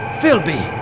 Philby